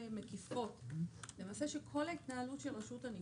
מקיפות של כל ההתנהלות של רשות הניקוז.